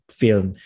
film